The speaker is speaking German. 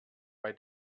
bei